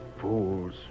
fools